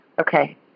Okay